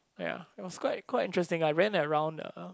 ya it was quite quite interesting I ran around uh